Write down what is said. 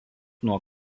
nuo